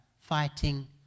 fighting